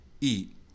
eat